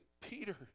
Peter